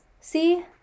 see